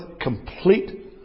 complete